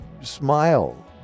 smile